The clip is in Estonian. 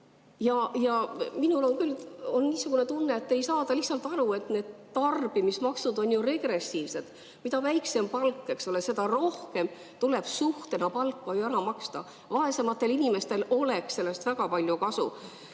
Minul on küll niisugune tunne, et ei saada lihtsalt aru, et need tarbimismaksud on regressiivsed: mida väiksem palk, seda rohkem tuleb suhtena palka ära maksta. Vaesematel inimestel oleks sellest väga palju kasu.